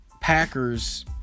Packers